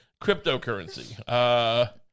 Cryptocurrency